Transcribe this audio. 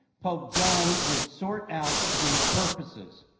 pope john would sort out these purposes,